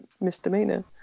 misdemeanor